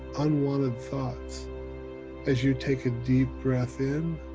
unwanted thoughts as you take a deep breath in,